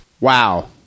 Wow